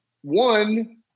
One